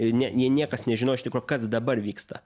ne ne niekas nežino iš tikro kas dabar vyksta